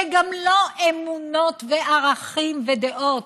שגם לו אמונות וערכים ודעות,